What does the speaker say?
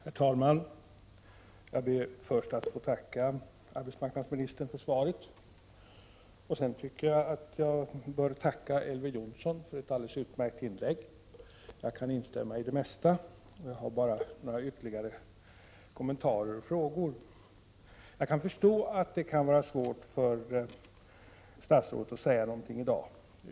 Herr talman! Jag ber först att få tacka arbetsmarknadsministern för svaret. Sedan tycker jag att jag borde tacka Elver Jonsson för ett alldeles utmärkt inlägg. Jag kan instämma i det mesta, jag har bara några ytterligare kommentarer och frågor. Jag kan förstå att det kan vara svårt för statsrådet att säga någonting i dag.